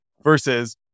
versus